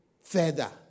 further